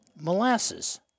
molasses